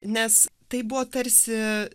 nes tai buvo tarsi